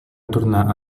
tornar